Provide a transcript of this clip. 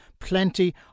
plenty